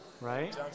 Right